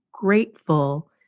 grateful